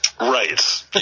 Right